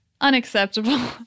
Unacceptable